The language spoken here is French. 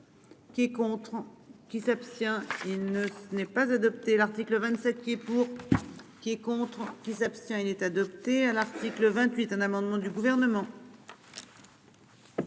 Qui est contre qui s'abstient il ne n'est pas adopté l'article 27 qui est pour. Qui est contre qui s'abstient est adopté à l'article 28, un amendement du gouvernement.